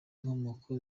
inkomoko